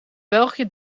belgië